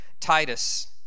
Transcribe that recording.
Titus